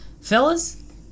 Fellas